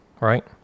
right